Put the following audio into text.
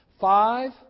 five